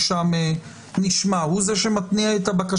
אז לא הולכים לבית